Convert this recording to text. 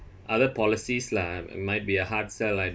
other policies lah and might be a hard sell I